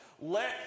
Let